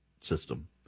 system